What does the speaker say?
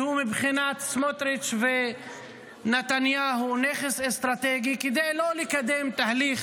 שמבחינת סמוטריץ' ונתניהו הוא נכס אסטרטגי כדי לא לקדם תהליך